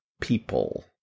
people